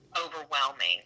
overwhelming